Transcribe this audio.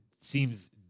seems